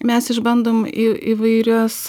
mes išbandom į įvairias